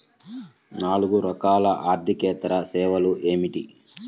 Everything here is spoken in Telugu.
నాలుగు రకాల ఆర్థికేతర సేవలు ఏమిటీ?